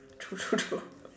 true true true